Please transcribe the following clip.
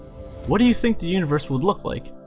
what do you think the universe would look like?